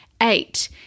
Eight